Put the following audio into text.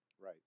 right